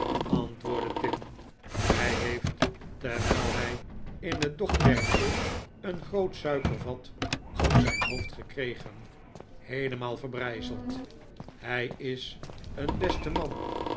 antwoordde tim hij heeft terwijl hij in het dok werkte een groot suikervat op zijn hoofd gekregen heelemaal verbrijzeld hij is een beste man